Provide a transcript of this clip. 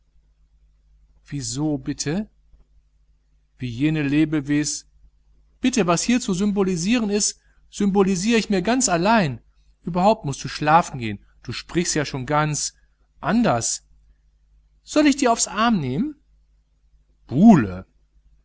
wieso bitte wie jene lebewes bitte was hier zu symbolisieren is symbolisier ich mir alleine überhaupt mußt du schlafen gehen du sprichst ja schon ganz anders soll ich dir aufs aam nehmen buhle